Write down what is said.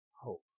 hope